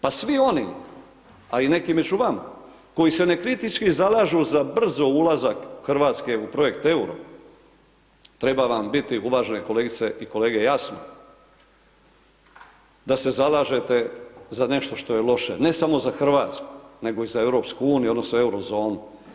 Pa svi oni, a i neki među vama, koji se ne kritički zalažu za brzo ulazak Hrvatske u projekt EURO, treba vam biti uvažene kolegice i kolege jasno da se zalažete za nešto što je loše, ne samo za Hrvatsku, nego i za Europsku uniju odnosno Euro zonu.